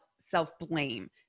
self-blame